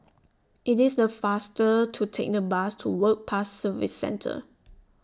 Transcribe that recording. IT IS The faster to Take The Bus to Work Pass Services Centre